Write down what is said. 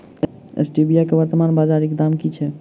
Stevia केँ वर्तमान बाजारीक दाम की छैक?